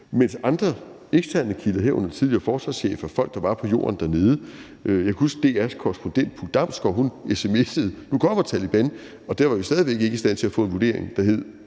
til andre eksterne kilder, herunder tidligere forsvarschefer og folk, der var på jorden dernede. Jeg kan huske, at DR's korrespondent Puk Damsgård sms'ede, at nu kommer Taleban, og der var vi stadig væk ikke i stand til at få en vurdering, der hed,